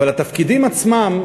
אבל התפקידים עצמם,